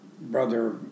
Brother